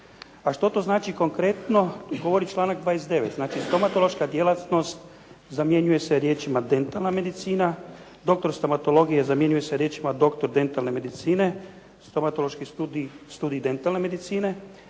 A što to znači konkretno, govori članak 29. Znači stomatološka djelatnost zamjenjuje se riječima dentalna medicina. Doktor stomatologije zamjenjuje se riječima doktor dentalne medicine. Stomatološki studij, studij dentalne medicine.